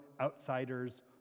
outsiders